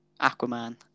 Aquaman